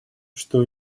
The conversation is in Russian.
что